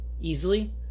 easily